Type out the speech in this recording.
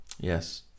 yes